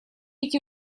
эти